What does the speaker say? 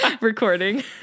recording